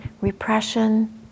repression